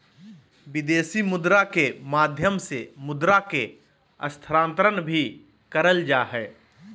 विदेशी मुद्रा के माध्यम से मुद्रा के हस्तांतरण भी करल जा हय